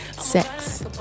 sex